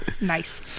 Nice